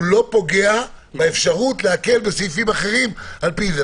הוא לא פוגע באפשרות להקל בסעיפים אחרים לפי זה.